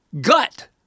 gut